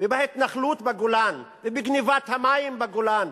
ובהתנחלות בגולן ובגנבת המים בגולן,